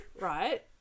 right